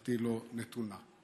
ותמיכתי נתונה לו.